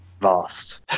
vast